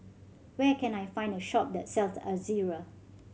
where can I find a shop that sells Ezerra